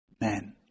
men